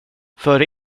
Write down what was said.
för